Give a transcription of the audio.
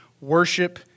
worship